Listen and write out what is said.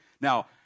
Now